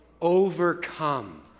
overcome